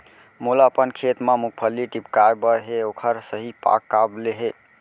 मोला अपन खेत म मूंगफली टिपकाय बर हे ओखर सही पाग कब ले हे?